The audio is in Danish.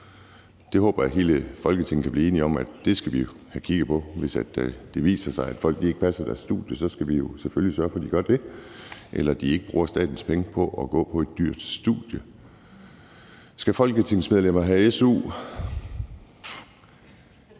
Det håber jeg hele Folketinget kan blive enige om er noget, vi skal have kigget på, hvis det viser sig, at folk ikke passer deres studie. Så skal vi jo selvfølgelig sørge for, at de gør det, eller at de ikke bruger statens penge på at gå på et dyrt studie. Skal folketingsmedlemmer have su?